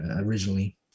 originally